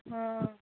ହଁ